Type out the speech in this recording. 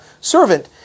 servant